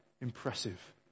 impressive